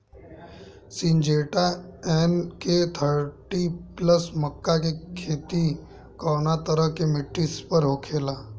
Syngenta NK thirty plus मक्का के के खेती कवना तरह के मिट्टी पर होला?